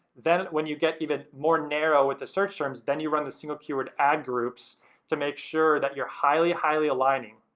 then when you get even more narrow with the search terms, then you run the single keyword ad groups to make sure that you're highly, highly, aligning.